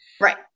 Right